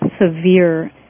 severe